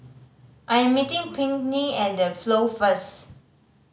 I am meeting Pinkney at The Flow first